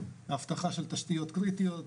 אבטחה של תשתיות קריטיות,